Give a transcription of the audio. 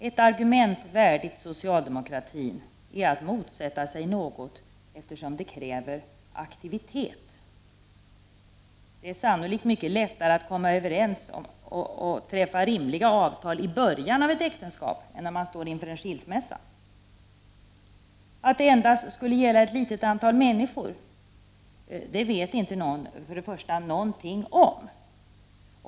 Ett argument värdigt socialdemokratin är att motsätta sig något eftersom det kräver aktivitet. Det är sannolikt mycket lättare att komma överens och träffa rimliga avtal i början av ett äktenskap än när man står inför en skilsmässa. Att detta endast skulle gälla ett litet antal människor vet vi för det första inte någonting om.